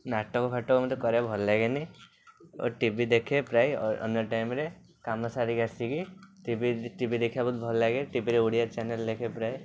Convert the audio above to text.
ନାଟକ ଫାଟକ ମୋତେ କରିବାକୁ ଭଲ ଲାଗେନି ଓ ଟିଭି ଦେଖେ ପ୍ରାୟ ଅନ୍ୟ ଟାଇମ୍ରେ କାମ ସାରିକି ଆସିକି ଟିଭି ଟିଭି ଦେଖିବାକୁ ଭଲ ଲାଗେ ଟିଭିରେ ଓଡ଼ିଆ ଚ୍ୟାନେଲ୍ ଦେଖେ ପ୍ରାୟ